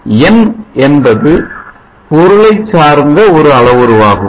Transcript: n என்பது பொருளை சார்ந்த ஒரு அளவுருவாகும்